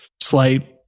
slight